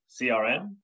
CRM